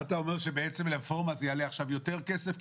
מה שאתה אומר שבעצם רפורמה זה יעלה עכשיו יותר כסף,